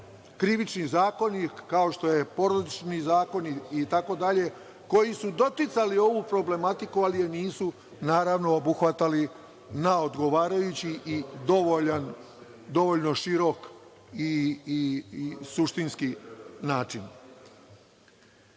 Krivični zakonik, kao što je Porodični zakonik i tako dalje, koji su doticali ovu problematiku, ali je nisu naravno obuhvatali na odgovarajući i dovoljno širok i suštinski